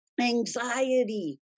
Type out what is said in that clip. anxiety